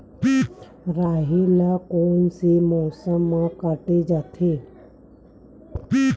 राहेर ल कोन से मौसम म काटे जाथे?